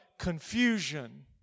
confusion